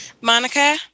monica